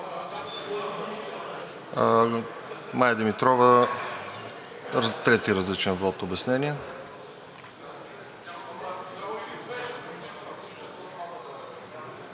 Мая Димитрова – трети различен вот, обяснение.